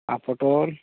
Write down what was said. ᱟᱨ ᱯᱚᱴᱚᱞ